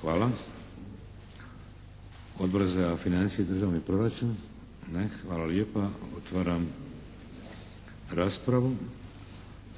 Hvala. Odbor za financije i državni proračun? Ne. Hvala lijepa. Otvaram raspravu.